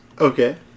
Okay